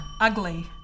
Ugly